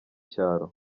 cyaro